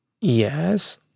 Yes